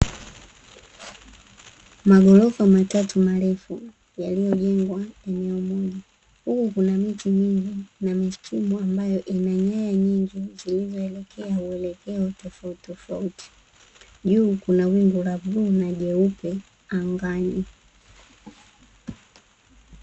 Magorofa matatu marefu yaliyojengwa eneo moja, huku kuna miti mingi na mistimu ambayo ina nyaya nyingi zilizoelekea uelekeo tofauti tofauti, juu kuna wingu la bluu na jeupe angani.